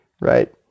right